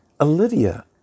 Olivia